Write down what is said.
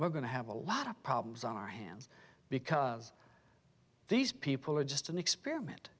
we're going to have a lot of problems on our hands because these people are just an experiment